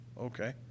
okay